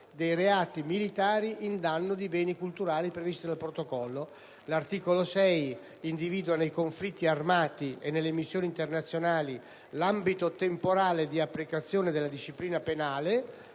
dei reati militari in danno di beni culturali previsti dal Protocollo. L'articolo 6, in particolare, individua nei conflitti armati e nelle missioni internazionali l'ambito temporale di applicazione della disciplina penale